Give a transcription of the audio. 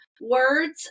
words